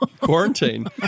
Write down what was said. Quarantine